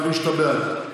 אני מבין שאתה בעד.